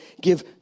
give